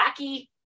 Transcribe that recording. wacky